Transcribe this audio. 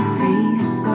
face